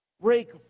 Break